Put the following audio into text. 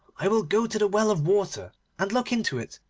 i will go to the well of water and look into it,